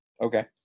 Okay